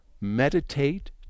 meditate